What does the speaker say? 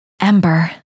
ember